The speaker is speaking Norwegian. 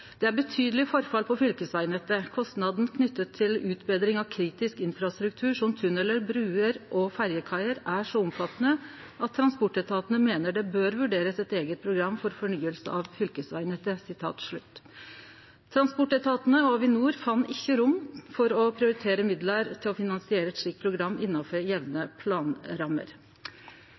«Det er betydelig forfall på fylkesvegnettet. Kostnaden knyttet til utbedring av kritisk infrastruktur som tunneler, bruer og ferjekaier er så omfattende at transportetatene mener det bør vurderes et eget program for fornyelse av fylkesvegnettet.» Transportetatane og Avinor fann ikkje rom for å prioritere midlar til å finansiere eit slikt program innanfor gjevne planrammer.